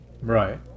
Right